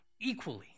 equally